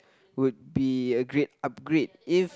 would be a great upgrade if